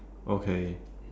okay